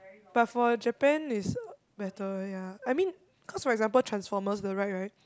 but for a Japan is uh better ya I mean cause for example Transformers the ride right